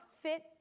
fit